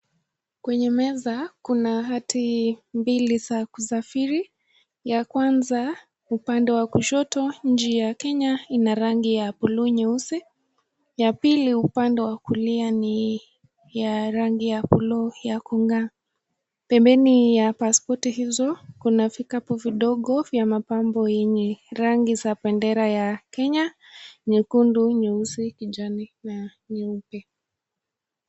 Kwenye meza Kuna hati mbili za kusafiri . Ya kwanza ,upande wa kushoto , nchi ya Kenya Ina rangi ya (blue) nyeusi ya pili upande Wa kulia ni ya rangi ya (blue) ya kung'aa. Pembeni ya pasipoti hizo Kuna vikabu vidogo vya mapambo yenye rangi za bendera ya Kenya , nyekundu, nyeusi, kijani na nyeupe.